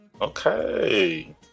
Okay